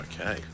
Okay